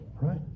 Right